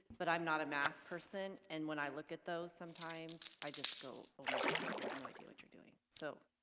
but i'm not a math person and when i look at those sometimes i just go oh my gosh. i have no idea what you're doing. so